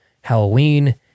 Halloween